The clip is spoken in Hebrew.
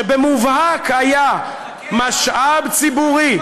שבמובהק היה משאב ציבורי,